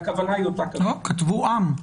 כתוב עם.